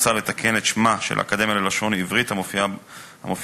מוצע לתקן את שמה של האקדמיה ללשון העברית המופיע בחוק,